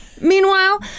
Meanwhile